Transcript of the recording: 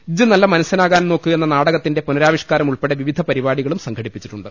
ജ്ജ് നല്ല മന്സനാകാൻ നോക്ക് എന്ന നാടക ത്തിന്റെ പുനരാവിഷ്കാരം ഉൾപ്പെടെ വിവിധ പരിപാടികളും സംഘടിപ്പിച്ചിട്ടുണ്ട്